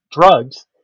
drugs